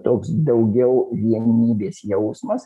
toks daugiau vienybės jausmas